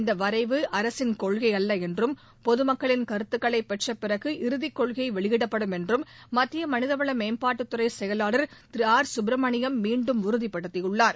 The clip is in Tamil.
இந்த வரைவு அரசின் கொள்கை அல்ல என்றும் பொது மக்களின் கருத்துக்களை பெற்ற பிறகு இறதிக்கொள்கை வெளியிடப்படும் என்றும் மத்திய மனிதவள மேம்பாட்டுத்துறை செயலாளர் திரு ஆர் சுப்ரமணியம் மீண்டும் உறுதிப்படுத்தியுள்ளார்